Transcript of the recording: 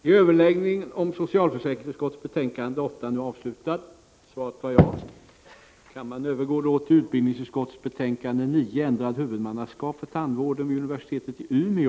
Kammaren övergår nu till att debattera utbildningsutskottets betänkande 9 om ändrat huvudmannaskap för tandvården vid universitetet i Umeå.